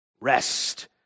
rest